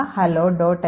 ആ hello